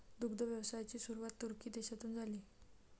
दुग्ध व्यवसायाची सुरुवात तुर्की देशातून झाली